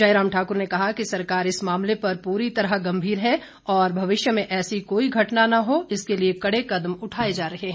जयराम ठाकुर ने कहा कि सरकार इस मामले पर पूरी तरह गंभीर है और भविष्य में ऐसी कोई घटना न हो इसके लिए कड़े कदम उठाए जा रहे हैं